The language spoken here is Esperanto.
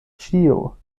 ĉio